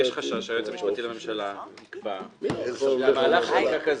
יש חשש שהיועץ המשפטי לממשלה יקבע שמהלך חקיקה כזה,